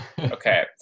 okay